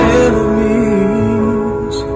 enemies